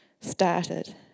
started